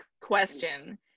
question